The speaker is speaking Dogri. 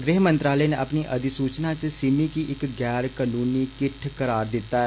गृह मंत्रालय ने अपनी अधिसूचना च सिमी गी इक गैर कानूनी किट्ठ करार दिता ऐ